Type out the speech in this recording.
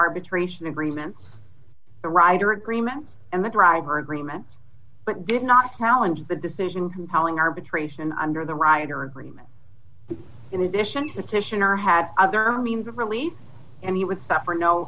arbitration agreement the rider agreement and the driver agreement but did not challenge the decision compelling arbitration under the rioter agreement in addition the titian or had other means of relief and he would suffer no